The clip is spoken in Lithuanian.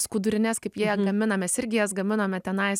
skudurines kaip jie gamina mes irgi jas gaminome tenais